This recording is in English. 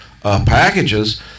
packages